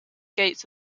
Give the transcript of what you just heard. gates